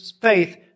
faith